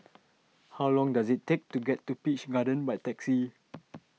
how long does it take to get to Peach Garden by taxi